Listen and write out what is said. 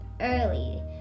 early